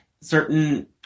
Certain